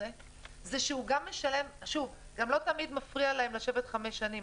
גם לא תמיד מפריע להם לשבת חמש שנים,